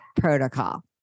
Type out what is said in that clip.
protocol